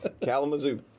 Kalamazoo